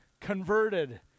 converted